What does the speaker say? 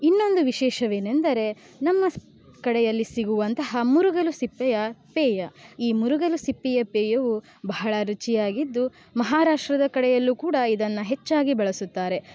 ಇನ್ನೊಂದು ವಿಶೇಷವೇನೆಂದರೆ ನಮ್ಮ ಕಡೆಯಲ್ಲಿ ಸಿಗುವಂತಹ ಮುರುಗಲು ಸಿಪ್ಪೆಯ ಪೇಯ ಈ ಮುರುಗಲು ಸಿಪ್ಪೆಯ ಪೇಯವು ಬಹಳ ರುಚಿಯಾಗಿದ್ದು ಮಹಾರಾಷ್ರ್ಟದ ಕಡೆಯಲ್ಲೂ ಕೂಡ ಇದನ್ನು ಹೆಚ್ಚಾಗಿ ಬಳಸುತ್ತಾರೆ